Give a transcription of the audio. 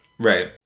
Right